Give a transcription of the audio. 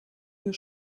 you